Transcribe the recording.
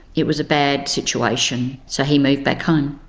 it was a bad situation, so he moved back home.